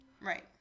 Right